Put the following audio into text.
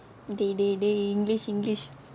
they they they english english